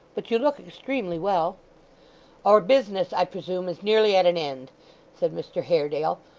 but you look extremely well our business, i presume, is nearly at an end said mr haredale,